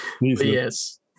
yes